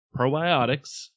Probiotics